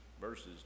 verses